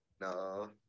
No